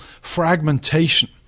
fragmentation